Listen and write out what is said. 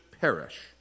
perish